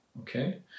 okay